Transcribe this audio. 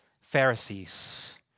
Pharisees